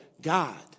God